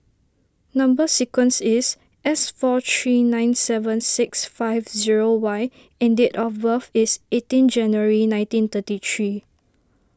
Number Sequence is S four three nine seven six five zero Y and date of birth is eighteen January nineteen thirty three